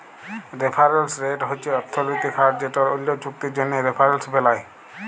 referrals rate হছে অথ্থলৈতিক হার যেট অল্য চুক্তির জ্যনহে রেফারেলস বেলায়